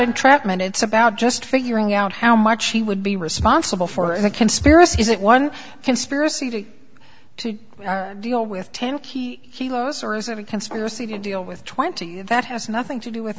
entrapment it's about just figuring out how much he would be responsible for a conspiracy is it one conspiracy to to deal with ten key of a conspiracy to deal with twenty that has nothing to do with